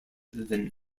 than